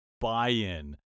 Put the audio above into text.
buy-in